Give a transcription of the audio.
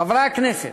חברי הכנסת,